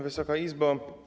Wysoka Izbo!